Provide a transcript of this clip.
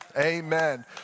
amen